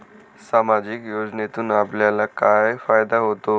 सामाजिक योजनेतून आपल्याला काय फायदा होतो?